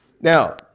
Now